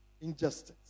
injustice